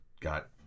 got